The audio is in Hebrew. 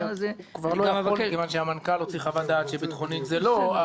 --- הוא כבר לא יכול כיוון שהמנכ"ל הוציא חוות דעת שביטחונית זה לא.